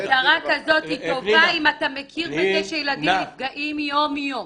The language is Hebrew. הגדרה כזאת היא טובה אם אתה מכיר בזה שילדים נפגעים יום-יום.